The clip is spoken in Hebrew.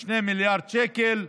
2 מיליארד שקל,